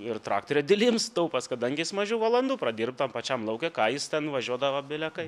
ir traktorių dalims taupos kadangi jis mažiau valandų pradirb tam pačiam lauke ką jis ten nuvažiuodavo bile kaip